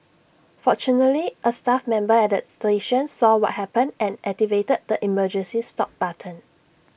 fortunately A staff member at the station saw what happened and activated the emergency stop button